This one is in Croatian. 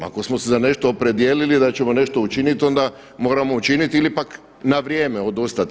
Ako smo se za nešto opredijelili da ćemo nešto učiniti, onda moramo učiniti ili pak na vrijeme odustati.